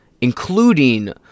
including